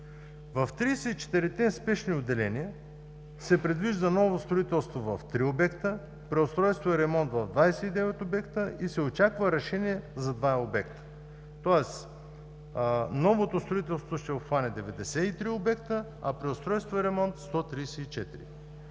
В 34-те спешни отделения се предвижда ново строителство в три обекта, преустройство и ремонт в 29 обекта и се очаква решение за два обекта. Тоест, новото строителство ще обхване 93 обекта, а преустройство и ремонт – 134.